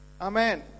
amen